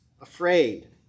afraid